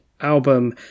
album